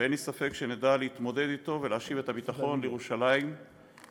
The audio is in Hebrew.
ואין לי ספק שנדע להתמודד אתו ולהשיב את הביטחון לירושלים ובכלל.